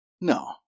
No